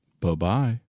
Bye-bye